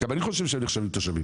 גם אני חושב שהם נחשבים תושבים.